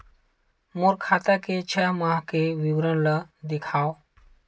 मोर खाता के छः माह के विवरण ल दिखाव?